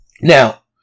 Now